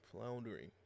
floundering